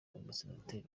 umusenateri